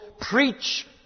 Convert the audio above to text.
preach